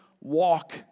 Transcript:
walk